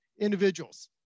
individuals